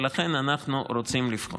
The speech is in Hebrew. ולכן אנחנו רוצים לבחון.